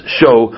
show